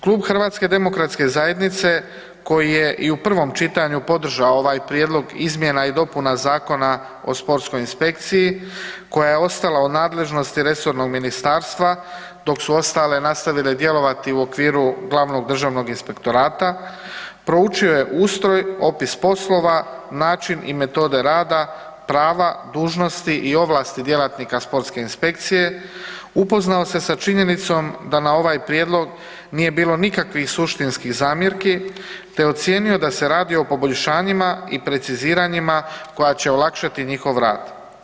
Klub HDZ-a koji je i u prvom čitanju podržao ovaj prijedlog izmjena i dopuna Zakona o sportskoj inspekciji koja je ostala u nadležnosti resornog ministarstva dok su ostale nastavile djelovati u okviru glavnog državnog inspektorata, proučio je ustroj, opis poslova, način i metode rada, prava, dužnosti i ovlasti djelatnika sportske inspekcije, upoznao se sa činjenicom da na ovaj prijedlog nije bilo nikakvih suštinskih zamjerki, te ocijenio da se radi o poboljšanjima i preciziranjima koja će olakšati njihov rad.